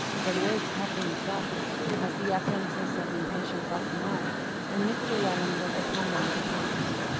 the words had been thoughtless, as the utterances of impatience often are and mr. welland was upon them with a pounce.